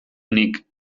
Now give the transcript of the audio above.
nik